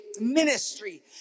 ministry